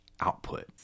Output